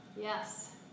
Yes